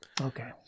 Okay